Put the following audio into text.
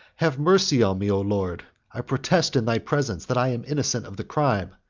have mercy on me, o lord! i protest in thy presence that i am innocent of the crime.